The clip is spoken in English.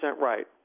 right